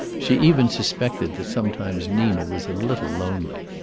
she even suspected that sometimes nina was a little lonely.